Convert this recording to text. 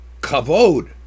Kavod